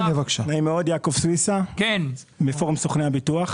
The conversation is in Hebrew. נעים מאוד, יעקב סויסה מפורום סוכני הביטוח.